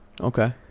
Okay